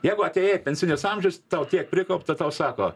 jeigu atėjai pensinis amžius tau tiek prikaupta tau sako